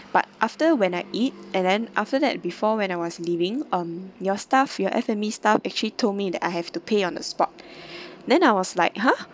but after when I eat and then after that before when I was leaving um your staff your F&B staff actually told me that I have to pay on the spot then I was like !huh!